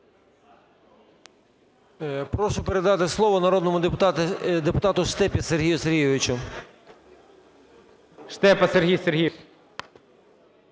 Прошу передати слово народному депутату Штепі Сергію Сергійовичу.